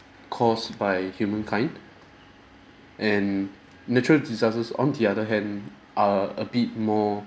caused by humankind and natural disasters on the other hand are a bit more